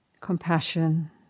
Compassion